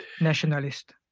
Nationalist